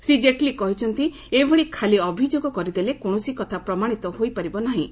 ଶ୍ରୀ ଜେଟ୍ଲୀ କହିଛନ୍ତି ଏଭଳି ଖାଲି ଅଭିଯୋଗ କରିଦେଲେ କୌଣସି କଥା ପ୍ରମାଣିତ ହୋଇପାରିବ ନାହିଁ